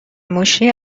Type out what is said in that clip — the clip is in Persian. موشی